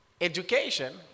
education